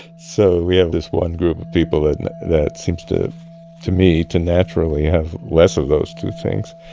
so we have this one group of people that that seems to to me to naturally have less of those two things.